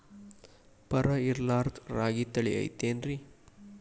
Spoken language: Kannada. ಬರ ಇರಲಾರದ್ ರಾಗಿ ತಳಿ ಐತೇನ್ರಿ?